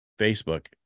Facebook